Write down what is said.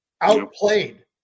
outplayed